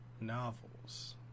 novels